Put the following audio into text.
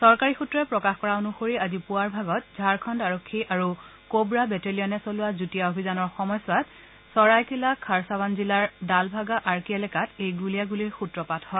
চৰকাৰী সূত্ৰই প্ৰকাশ কৰা অনুসৰি আজি পূৱাৰ ভাগত ঝাৰখণ্ড আৰক্ষী আৰু কৱা বেটেলিয়ানে চলোৱা যুটীয়া অভিযানৰ সময়ছোৱাত চৰাই কিলা খাৰচাৱান জিলাৰ দালভাগা আৰ্কি এলেকাত এই গুলীয়াগুলীৰ সূত্ৰপাত হয়